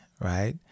right